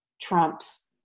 trumps